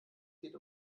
geht